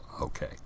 okay